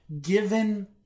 given